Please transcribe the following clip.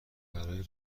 برای